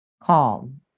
calm